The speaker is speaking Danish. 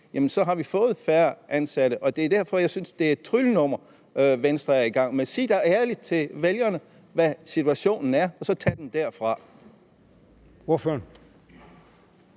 så har vi fået færre ansatte. Og det er derfor, jeg synes, at det er et tryllenummer, Venstre er i gang med. Sig da ærligt til vælgerne, hvad situationen er, og så tag den derfra.